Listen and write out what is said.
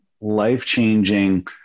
life-changing